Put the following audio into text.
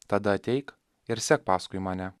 tada ateik ir sek paskui mane